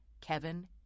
Kevin